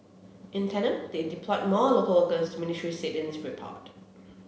in tandem they deployed more local workers the ministry said in its report